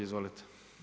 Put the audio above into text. Izvolite.